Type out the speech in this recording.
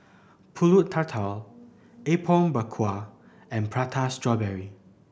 Pulut Tatal Apom Berkuah and Prata Strawberry